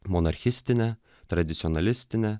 monarchistinę tradicionalistinę